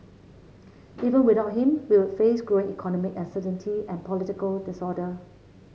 even without him we would face growing economic uncertainty and political disorder